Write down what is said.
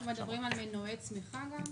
אנחנו מדברים גם על מנועי צמיחה?